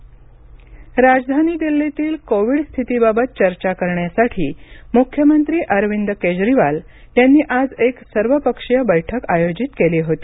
दिल्ली बैठक राजधानी दिल्लीतील कोविड स्थितीबाबत चर्चा करण्यासाठी मुख्यमंत्री अरविंद केजरीवाल यांनी आज एक सर्वपक्षीय बैठक आयोजित केली होती